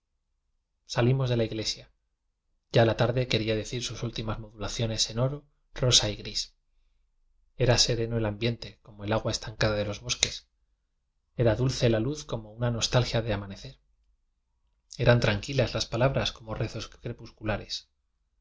salimos de la iglesia ya la tarde que ría decir sus últimas modulaciones en oro rosa y gris era sereno el ambiente como el agua estancada de los bosques era dul ce la luz como una nostalgia de amanecer eran tranquilas las palabras como rezos